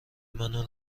منو